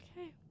okay